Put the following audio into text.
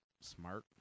smart